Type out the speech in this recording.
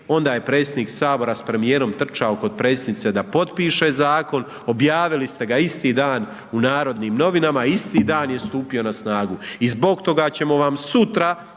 onda je predsjednik HS s premijerom trčao kod predsjednice da potpiše zakon, objavili ste ga isti dan u Narodnim novinama, isti dan je stupio na snagu i zbog toga ćemo vam sutra,